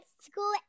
school